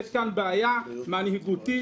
יש כאן בעיה מנהיגותית,